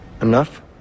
Enough